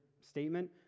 statement